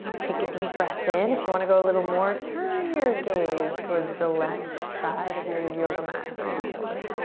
take a deep breath in. if you want to go a little more, turn your gaze toward the left side of your your yoga mat, toward your shoulder.